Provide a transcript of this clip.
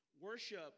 Worship